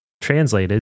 translated